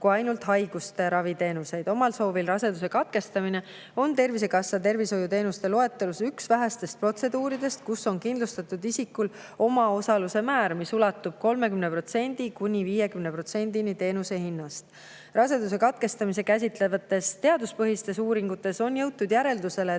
ainult haiguste ravi teenuseid. Omal soovil raseduse katkestamine on Tervisekassa tervishoiuteenuste loetelus üks vähestest protseduuridest, kus on kindlustatud isikul omaosaluse määr, mis ulatub 30–50%-ni teenuse hinnast. Raseduse katkestamist käsitlevates teaduspõhistes uuringutes on jõutud järeldusele,